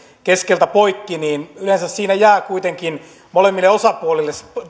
keskeltä poikki siinä jää kuitenkin molemmille osapuolille